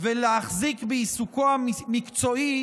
ולהחזיק בעיסוקו המקצועי,